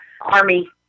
army